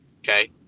Okay